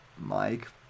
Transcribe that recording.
Mike